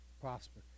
prosper